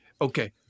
okay